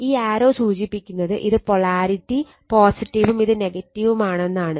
ഈ ആരോ സൂചിപ്പിക്കുന്നത് ഇത് പൊളാരിറ്റി ഉം ഇത് ഉം ആണെന്നാണ്